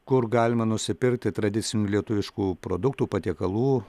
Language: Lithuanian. kur galima nusipirkti tradicinių lietuviškų produktų patiekalų